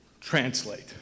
translate